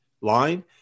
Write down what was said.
line